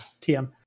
TM